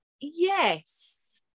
Yes